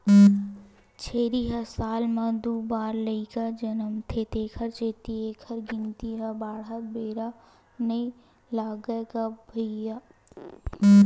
छेरी ह साल म दू बार लइका जनमथे तेखर सेती एखर गिनती ह बाड़हत बेरा नइ लागय गा भइया